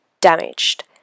damaged